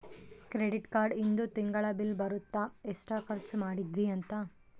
credit card ಇಂದು ತಿಂಗಳ bill ಬರುತ್ತ ಎಸ್ಟ ಖರ್ಚ ಮದಿದ್ವಿ ಅಂತ